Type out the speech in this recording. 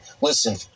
Listen